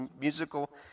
musical